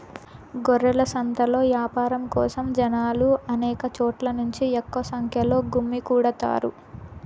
గొర్రెల సంతలో యాపారం కోసం జనాలు అనేక చోట్ల నుంచి ఎక్కువ సంఖ్యలో గుమ్మికూడతారు